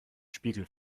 spiegel